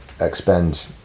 expend